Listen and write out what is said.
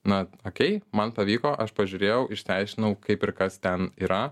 na man pavyko aš pažiūrėjau išsiaiškinau kaip ir kas ten yra